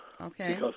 Okay